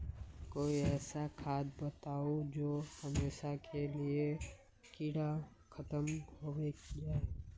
कोई ऐसा खाद बताउ जो हमेशा के लिए कीड़ा खतम होबे जाए?